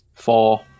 Four